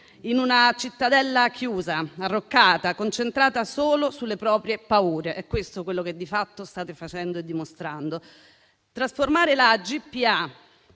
in una cittadella chiusa, arroccata, concentrata solo sulle proprie paure. Questo è quello che di fatto state facendo e dimostrando. Trasformare la GPA,